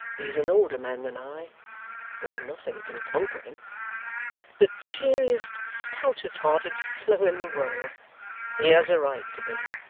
he is an older man than i but nothing can conquer him the cheeriest, stoutest-hearted fellow in the world he has a right to be.